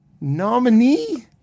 nominee